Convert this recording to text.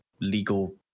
legal